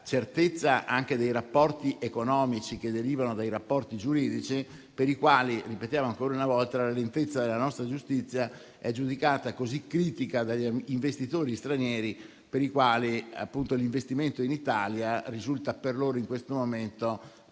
certezza dei rapporti economici che derivano da quelli giuridici, in riferimento ai quali - lo ripetiamo ancora una volta - la lentezza della nostra giustizia è giudicata così critica dagli investitori stranieri che l'investimento in Italia risulta per loro in questo momento